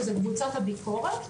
שזה קבוצת הביקורת,